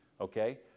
Okay